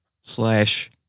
slash